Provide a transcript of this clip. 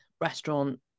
restaurant